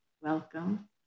welcome